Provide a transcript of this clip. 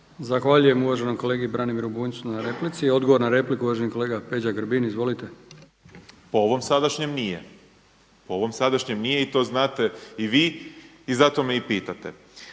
Zahvaljujem uvaženom kolegi Branimiru Bunjcu na replici. Odgovor na repliku uvaženi kolega Peđa Grbin. Izvolite. **Grbin, Peđa (SDP)** Po ovom sadašnjem nije i to znate i vi i zato me i pitate.